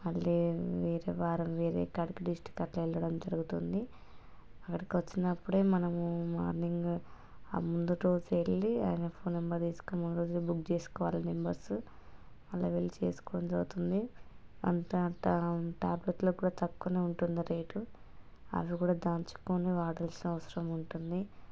మళ్ళీ వేరే వారం వేరే కడప డిస్టిక్కి అట్లా వెళ్ళడం జరుగుతుంది అక్కడికి వచ్చినప్పుడే మనము మార్నింగ్ ఆ ముందు రోజు వెళ్ళి ఆయన ఫోన్ నెంబర్ తీసుకొని మూడు రోజుల్లో బుక్ చేసుకోవాలి నెంబర్సు అలా వెళ్ళి చేసుకోవడం జరుగుతుంది అంతట టాబ్లెట్లకు కూడా తక్కువనే ఉంటుంది రేటు అవి కూడా దంచుకోని వాడాల్సిన అవసరం ఉంటుంది